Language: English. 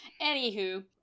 anywho